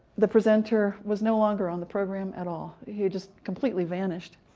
the presenter was no longer on the program at all he just completely vanished!